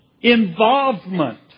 involvement